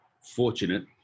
fortunate